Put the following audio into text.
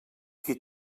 qui